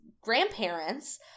grandparents